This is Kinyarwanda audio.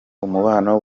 umubano